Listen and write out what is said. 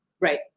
Right